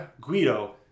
Guido